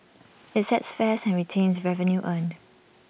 IT sets fares and retains revenue earned